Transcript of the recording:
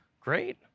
Great